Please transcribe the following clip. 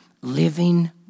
living